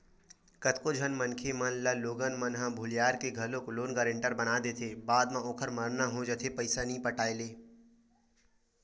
कतको झन मनखे मन ल लोगन मन ह भुलियार के घलोक लोन गारेंटर बना देथे बाद म ओखर मरना हो जाथे पइसा नइ पटाय ले